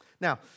Now